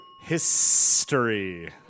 History